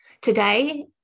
Today